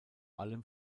allem